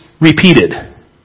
repeated